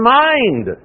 mind